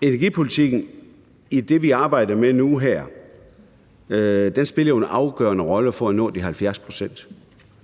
energipolitikken i det, vi arbejder med nu her, jo spiller en afgørende rolle for at nå de 70 pct.